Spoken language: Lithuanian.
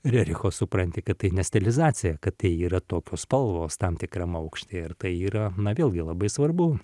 rericho supranti kad tai ne stilizacija kad tai yra tokios spalvos tam tikram aukštyje ir tai yra na vėlgi labai svarbu